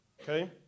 Okay